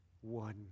one